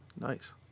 Nice